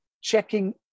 checking